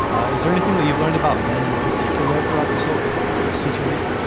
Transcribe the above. ah is there anything that you've learned about men in particular throughout this whole situation,